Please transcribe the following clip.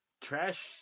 Trash